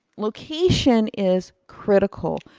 location is critical.